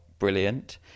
brilliant